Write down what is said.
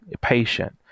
patient